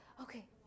Okay